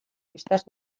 bistaz